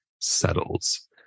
settles